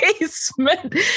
basement